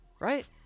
Right